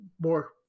more